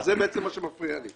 וזה בעצם מה שמפריע לי.